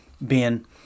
Ben